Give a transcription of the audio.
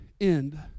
end